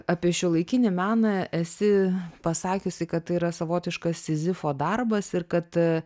apie šiuolaikinį meną esi pasakiusi kad tai yra savotiškas sizifo darbas ir kad